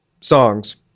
songs